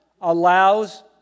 allows